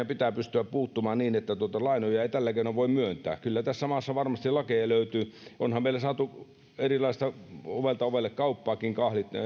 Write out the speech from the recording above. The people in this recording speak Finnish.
pitää pystyä puuttumaan niin että lainoja ei tällä keinoin voi myöntää kyllä tässä maassa varmasti lakeja löytyy onhan meillä saatu erilaista ovelta ovelle kauppaakin